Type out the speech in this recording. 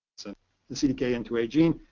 so and c d k and two a gene,